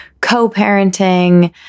co-parenting